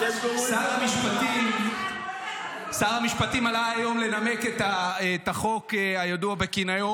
שר המשפטים עלה היום לנמק את החוק הידוע בכינויו